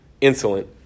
insolent